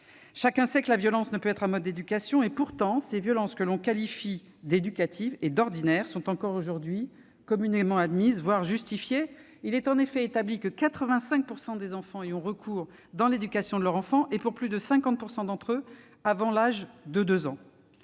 Chacun sait que la violence ne peut être un mode d'éducation. Pourtant, ces violences que l'on qualifie d'« éducatives » et d'« ordinaires » sont encore aujourd'hui communément admises, voire justifiées. Il est en effet établi que 85 % des parents y ont recours dans l'éducation de leur enfant, et dans plus de 50 % des cas avant l'âge de 2 ans.